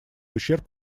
ущерб